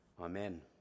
Amen